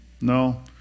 No